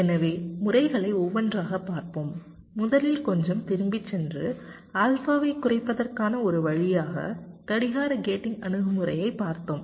எனவே முறைகளை ஒவ்வொன்றாகப் பார்ப்போம் முதலில் கொஞ்சம் திரும்பிச் சென்று ஆல்பாவைக் குறைப்பதற்கான ஒரு வழியாக கடிகார கேட்டிங் அணுகுமுறையைப் பார்த்தோம்